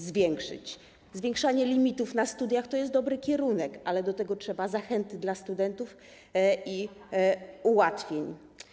Zwiększanie limitów na studiach to jest dobry kierunek, ale do tego trzeba zachęty dla studentów i ułatwień.